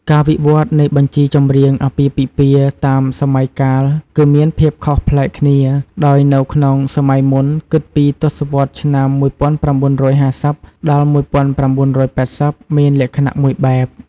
ការវិវត្តនៃបញ្ជីចម្រៀងអាពាហ៍ពិពាហ៍តាមសម័យកាលគឺមានភាពខុសប្លែកគ្នា ដោយនៅក្នុងសម័យមុន គិតពី ទសវត្សរ៍ឆ្នាំ ១៩៥០ដល់ ១៩៨០ មានលក្ខណៈមួយបែប។